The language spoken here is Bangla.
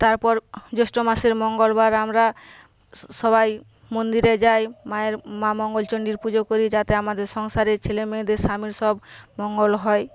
তারপর জ্যৈষ্ঠ মাসের মঙ্গলবার আমরা সবাই মন্দিরে যাই মায়ের মা মঙ্গলচণ্ডীর পুজো করি যাতে আমাদের সংসারে ছেলেমেয়েদের স্বামীর সব মঙ্গল হয়